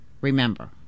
Remember